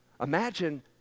Imagine